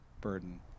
burden